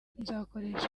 nzakoresha